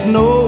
no